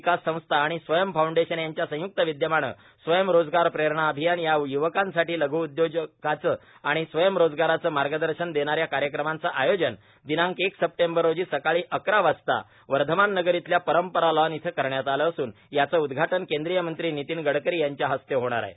विकास संस्या आणि स्वयंम् फाऊंडेशन यांच्या संयुक्त विद्यमानं स्वयंमु रोजगार प्रेरणा अभियान या युक्कांसाठी लषु उद्योगाचे आणि स्वयंमु रोजगाराचे मार्गदर्शन रेणाऱ्या कार्यक्रमाचं आयोजन दिनांक एक सदेवर रोजी सकाळी अकरा वाजता वर्षमान नगर इथल्या परंपरा लोन इथं करण्यात आलं असून याचं उद्यवाटन केंदीय मंत्री नितीन गडकरी यांच्या हस्ते होणार आहे